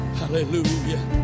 hallelujah